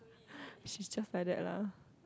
she just like that lah